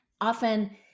Often